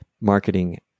marketing